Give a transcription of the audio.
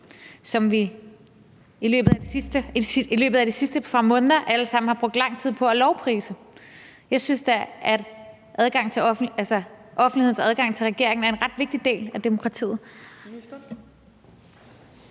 som vi i løbet af de sidste par måneder alle sammen har brugt lang tid på at lovprise. Jeg synes da, at offentlighedens adgang til regeringen er en ret vigtig del af demokratiet.